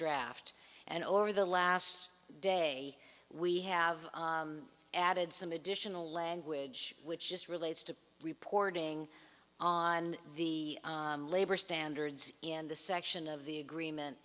draft and over the last day we have added some additional language which just relates to reporting on the labor standards in the section of the agreement